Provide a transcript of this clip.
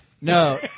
No